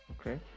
Okay